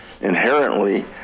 inherently